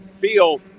feel